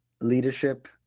leadership